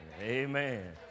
Amen